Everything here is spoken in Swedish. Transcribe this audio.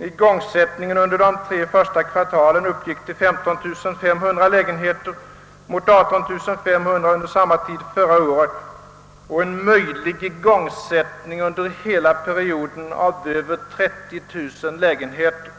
Igångsättningen under de tre första kvartalen uppgick till 15 500 lägenheter mot 18 500 under samma tid förra året och en möjlig igångsättning under hela perioden av över 30 000 lägenheter.